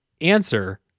answer